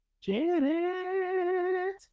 Janet